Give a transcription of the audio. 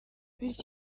bityo